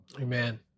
Amen